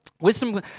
wisdom